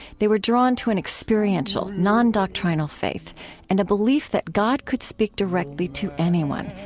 they were drawn to an experiential, non-doctrinal faith and a belief that god could speak directly to anyone,